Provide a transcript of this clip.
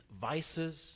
vices